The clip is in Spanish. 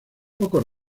pocos